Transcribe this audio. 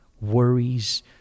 worries